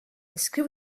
screw